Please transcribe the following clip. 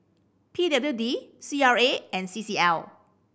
P W D C R A and C C L